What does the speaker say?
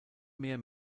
mehr